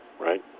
right